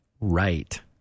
right